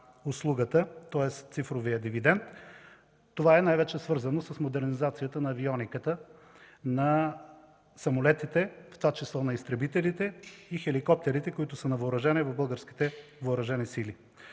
тоест цифровият дивидент, това е най-вече свързано с модернизацията на авиониката на самолетите, в това число на изтребителите и хеликоптерите, които са на въоръжение в българските въоръжени сили.